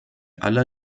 aller